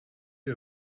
you